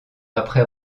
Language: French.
après